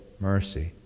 mercy